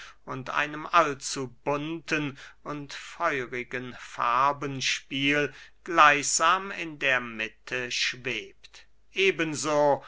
und einem allzu bunten und feurigen farbenspiel gleichsam in der mitte schwebt eben